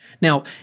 Now